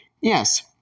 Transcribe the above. Yes